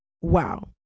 Wow